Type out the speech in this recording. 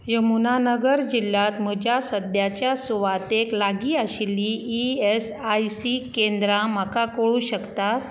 यमुनानगर जिल्ल्यांत म्हज्या सद्याच्या सुवातेक लागीं आशिल्लीं ई एस आय सी केंद्रां म्हाका कळूंक शकता